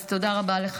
אז תודה רבה לך,